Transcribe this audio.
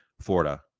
Florida